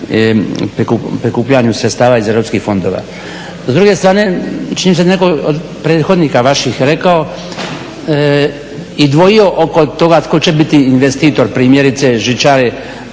prikupljanju sredstava iz europskih fondova. S druge strane, čini mi se netko od prethodnika vaših rekao i dvojio oko toga tko će biti investitor primjerice žičare